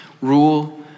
rule